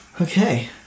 Okay